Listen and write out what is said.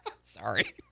Sorry